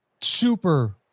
super